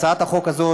הצעת החוק הזאת,